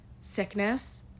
sickness